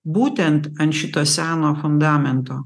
būtent ant šito seno fundamento